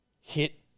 hit